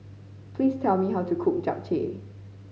please tell me how to cook Japchae